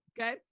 okay